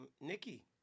Nikki